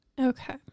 Okay